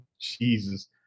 Jesus